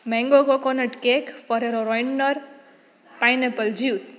mango coconut cake Ferrero Rocher pineapple juice